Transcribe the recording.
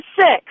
six